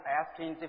asking